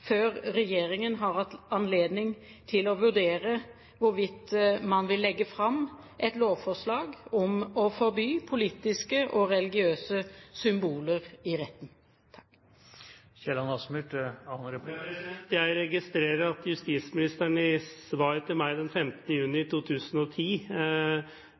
før regjeringen har hatt anledning til å vurdere hvorvidt man vil legge fram et lovforslag om å forby politiske og religiøse symboler i retten. Jeg registrerer at justisministeren i svar til meg den